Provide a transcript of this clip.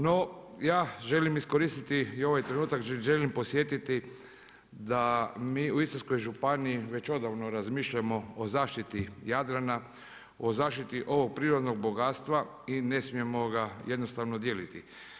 No, ja želim iskoristiti i ovaj trenutak, želim podsjetiti da mi u Istarskoj županiji već odavno razmišljamo o zaštiti Jadrana, o zaštiti ovog prirodnog bogatstva i ne smijemo ga jednostavno dijeliti.